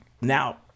Now